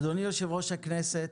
אדוני יושב-ראש הכנסת,